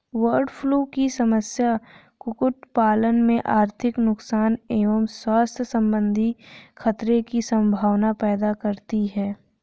bird flu की समस्या कुक्कुट पालन में आर्थिक नुकसान एवं स्वास्थ्य सम्बन्धी खतरे की सम्भावना पैदा करती है